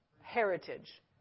heritage